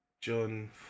John